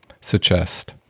suggest